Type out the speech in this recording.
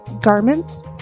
garments